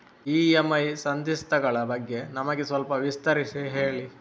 EMI ಸಂಧಿಸ್ತ ಗಳ ಬಗ್ಗೆ ನಮಗೆ ಸ್ವಲ್ಪ ವಿಸ್ತರಿಸಿ ಹೇಳಿ